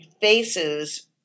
faces